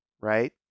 Right